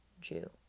Jew